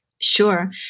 Sure